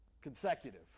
consecutive